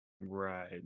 Right